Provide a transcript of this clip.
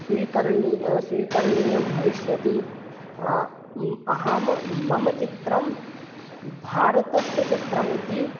स्वीकरणी स्वीकरणीयं भविष्यति अहं मम चित्रं भारतस्य चित्रम् इति